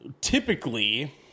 Typically